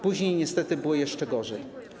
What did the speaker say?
Później niestety było jeszcze gorzej.